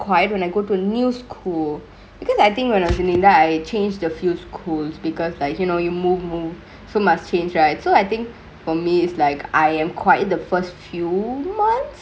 quiet when I go to a new school because I think when I was in india I changked a few schools because like you know you move move move so must changke right so I think for me it's like I am quiet the first few months